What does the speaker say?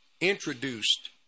introduced